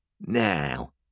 Now